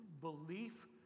belief